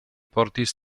portis